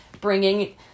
bringing